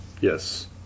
Yes